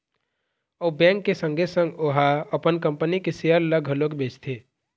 अउ बेंक के संगे संग ओहा अपन कंपनी के सेयर ल घलोक बेचथे